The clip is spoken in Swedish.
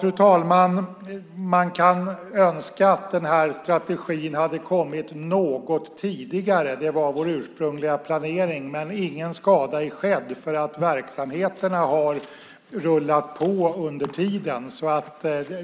Fru talman! Man kan önska att strategin kommit något tidigare. Det var vår planering. Men ingen skada är skedd. Verksamheterna har rullat på under tiden.